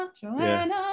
joanna